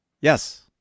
Yes